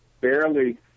barely